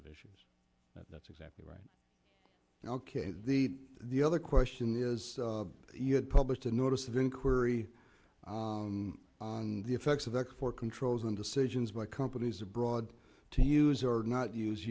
of issues that's exactly right ok the the other question is you had published a notice of inquiry on the effects of export controls on decisions by companies abroad to use or not use